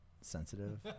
sensitive